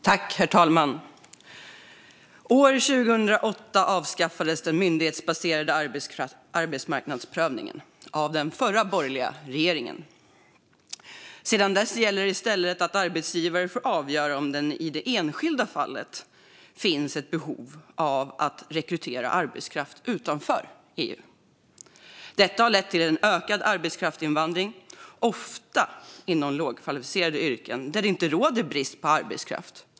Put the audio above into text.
Herr talman! År 2008 avskaffades den myndighetsbaserade arbetsmarknadsprövningen av den förra borgerliga regeringen. Sedan dess gäller i stället att arbetsgivare får avgöra om det i det enskilda fallet finns behov av att rekrytera arbetskraft utanför EU. Detta har lett till en ökad arbetskraftsinvandring, ofta inom lågkvalificerade yrken där det inte råder brist på arbetskraft.